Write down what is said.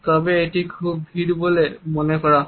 তবে এটি খুব ভিড় বলে মনে করা হয়